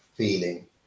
feeling